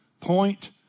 Point